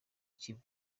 kimwe